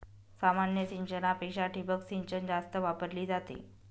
सामान्य सिंचनापेक्षा ठिबक सिंचन जास्त वापरली जाते